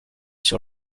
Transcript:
sur